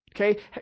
Okay